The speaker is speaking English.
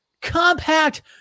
compact